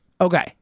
Okay